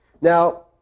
Now